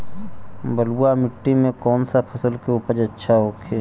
बलुआ मिट्टी में कौन सा फसल के उपज अच्छा होखी?